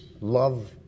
love